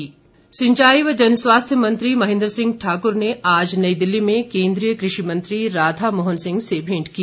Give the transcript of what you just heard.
महेन्द्र सिंह सिंचाई व जनस्वास्थ्य मंत्री महेन्द्र सिंह ठाकुर ने आज नई दिल्ली में केन्द्रीय कृषि मंत्री राधा मोहन सिंह से भेंट की